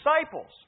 disciples